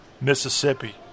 Mississippi